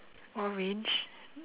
orange